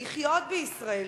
לחיות בישראל.